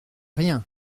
rien